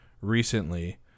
recently